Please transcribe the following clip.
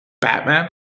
Batman